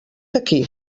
aquí